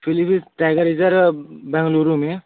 Pilibhit tiger reserve Bengaluru में